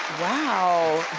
wow,